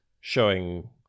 showing